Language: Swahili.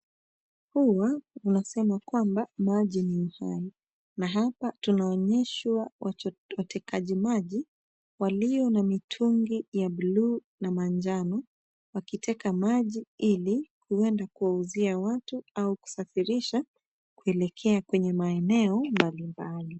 Huwa unasema kwamba maji ni uhai na hapa tunaonyeshwa watekaji maji walio na mitungi ya bluu na manjano wakiteka maji ili kuenda kuwauzia maji au kusafirisha kuelekea kwenye maeneo mbalimbali.